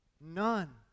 None